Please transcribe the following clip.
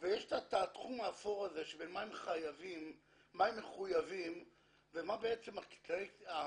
ויש את התחום האפור הזה של מה הם מחויבים ומה בעצם כללי